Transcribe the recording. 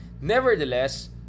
Nevertheless